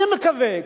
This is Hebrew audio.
אני מקווה,